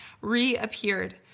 reappeared